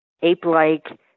ape-like